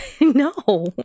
No